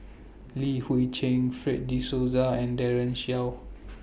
Li Hui Cheng Fred De Souza and Daren Shiau